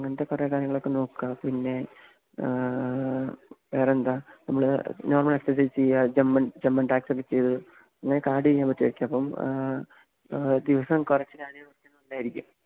അങ്ങനത്തെ കുറെ കാര്യങ്ങളൊക്കെ നോക്കുക പിന്നെ വേറെന്താ നമ്മൾ നോർമ്മൽ എക്സസൈസ്സ് ചെയ്യാൻ ജെമ്മൻ ജെമ്മൻ ടാക്സക്കെ ചെയ്ത് പിന്നെ കാഡിയേ ചെയ്യാൻ പറ്റുമായിരിക്കും അപ്പം ദിവസം കുറച്ച് കാഡ്യോ വർക്ക് ചെയ്താൽ നന്നായിരിക്കും